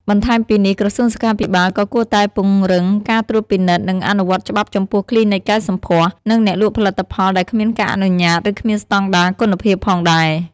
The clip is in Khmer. បន្ថែមពីនេះ ក្រសួងសុខាភិបាលក៏គួរតែពង្រឹងការត្រួតពិនិត្យ និងអនុវត្តច្បាប់ចំពោះគ្លីនិកកែសម្ផស្ស និងអ្នកលក់ផលិតផលដែលគ្មានការអនុញ្ញាត ឬគ្មានស្តង់ដារគុណភាពផងដេរ។